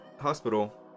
hospital